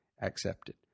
accepted